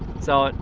so,